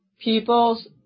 people's